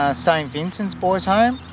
ah st vincent's boys home